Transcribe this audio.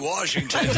Washington